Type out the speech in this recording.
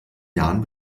jahren